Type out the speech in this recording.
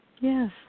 Yes